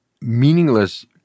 meaningless